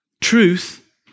Truth